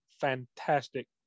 fantastic